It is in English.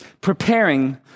Preparing